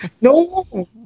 No